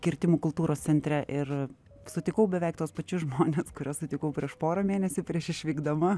kirtimų kultūros centre ir sutikau beveik tuos pačius žmones kuriuos sutikau prieš porą mėnesių prieš išvykdama